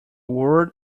word